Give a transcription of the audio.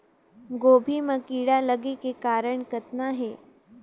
गोभी म कीड़ा लगे के कारण कतना हे?